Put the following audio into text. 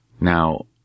Now